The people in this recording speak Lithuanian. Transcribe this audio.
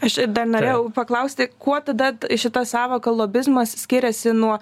aš dar norėjau paklausti kuo tada šita sąvoka lobizmas skiriasi nuo